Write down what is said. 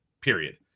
period